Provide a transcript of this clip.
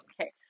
Okay